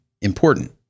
important